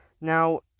Now